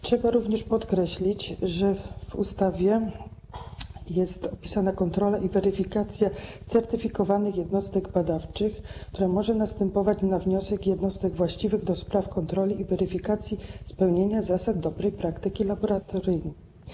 Trzeba również podkreślić, że w ustawie jest opisana kontrola i weryfikacja certyfikowanych jednostek badawczych, która może następować na wniosek jednostek właściwych do spraw kontroli i weryfikacji spełniania zasad dobrej praktyki laboratoryjnej.